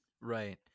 Right